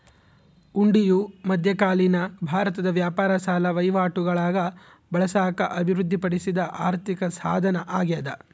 ಹುಂಡಿಯು ಮಧ್ಯಕಾಲೀನ ಭಾರತದ ವ್ಯಾಪಾರ ಸಾಲ ವಹಿವಾಟುಗುಳಾಗ ಬಳಸಾಕ ಅಭಿವೃದ್ಧಿಪಡಿಸಿದ ಆರ್ಥಿಕಸಾಧನ ಅಗ್ಯಾದ